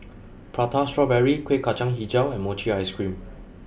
Prata Strawberry Kuih Kacang HiJau and Mochi Ice Cream